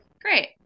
great